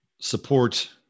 support